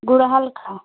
गुड़हल का